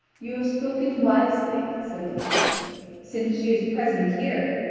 you have spoken wisely, said the king since she is present here,